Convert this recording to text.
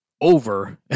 over